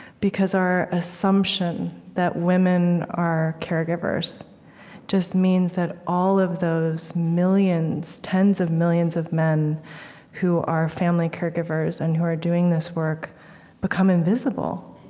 because our assumption that women are caregivers just means that all of those millions, tens of millions of men who are family caregivers and who are doing this work become invisible